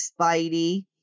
Spidey